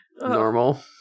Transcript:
normal